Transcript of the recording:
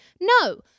No